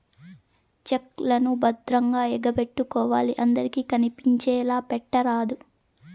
check లను భద్రంగా ఎగపెట్టుకోవాలి అందరికి కనిపించేలా పెట్టరాదు